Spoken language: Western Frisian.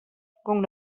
gong